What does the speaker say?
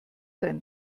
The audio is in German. sein